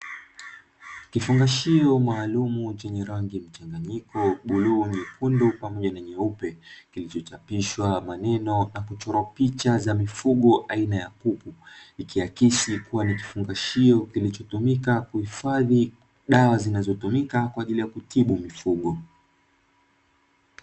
Kifungashio maalumu chenye rangi mchanganyiko bluu, nyekundu pamoja na nyeupe; kilichochapishwa maneno na kuchorwa picha za mifugo aina ya kuku, ikiakisi kuwa ni kifungashio kilichotumika kuhifadhi dawa zinazotumika kwa ajili ya kutibu mifugo.